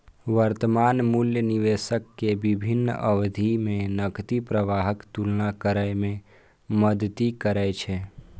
वर्तमान मूल्य निवेशक कें विभिन्न अवधि मे नकदी प्रवाहक तुलना करै मे मदति करै छै